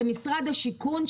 למשרד השיכון,